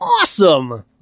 awesome